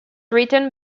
written